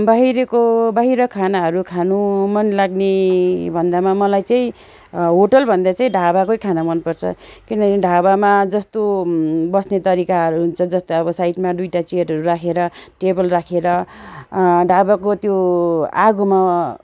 बाहिरको बाहिर खानाहरू खानु मन लाग्ने भन्दामा मलाई चाहिँ होटलभन्दा चाहिँ ढाबाकै खाना मनपर्छ किनभने ढाबामा जस्तो बस्ने तरिकाहरू हुन्छ जस्तै अब साइडमा दुइटा चियरहरू राखेर टेबल राखेर ढाबाको त्यो आगोमा